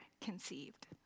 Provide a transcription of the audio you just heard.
conceived